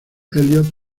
elliot